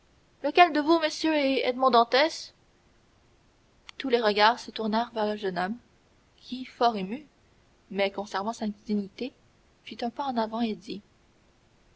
lequel de vous messieurs est edmond dantès tous les regards se tournèrent vers le jeune homme qui fort ému mais conservant sa dignité fit un pas en avant et dit